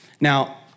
Now